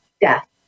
death